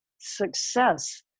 success